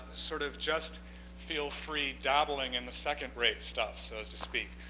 sort of just feel free dabbling in the second rate stuff, so to speak?